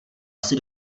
asi